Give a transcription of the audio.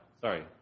Sorry